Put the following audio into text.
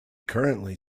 currently